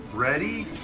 ready,